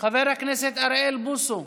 חבר הכנסת אוריאל בוסו,